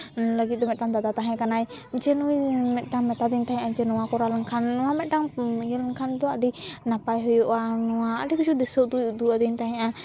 ᱞᱟᱹᱜᱤᱫ ᱫᱚ ᱢᱤᱫᱴᱟᱱ ᱫᱟᱫᱟ ᱛᱟᱦᱮᱸ ᱠᱟᱱᱟᱭ ᱦᱚᱸ ᱢᱤᱫᱴᱟᱱ ᱢᱮᱛᱟᱫᱤᱧ ᱛᱟᱦᱮᱸᱜ ᱦᱮ ᱱᱚᱣᱟ ᱠᱚ ᱠᱚᱨᱟᱣ ᱞᱮᱱᱠᱷᱟᱱ ᱱᱚᱣᱟ ᱢᱤᱫᱴᱟᱱ ᱤᱭᱟᱹ ᱞᱮᱱᱠᱷᱟᱱ ᱫᱚ ᱟᱹᱰᱤ ᱱᱟᱯᱟᱭ ᱦᱩᱭᱩᱜᱼᱟ ᱱᱚᱣᱟ ᱟᱹᱰᱤ ᱠᱤᱪᱷᱩ ᱫᱤᱥᱟᱹ ᱩᱫᱩᱜ ᱩᱫᱩᱜ ᱟᱹᱫᱤᱧ ᱛᱟᱦᱮᱸᱜᱼᱟ